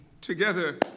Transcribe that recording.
together